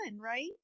right